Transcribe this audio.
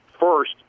first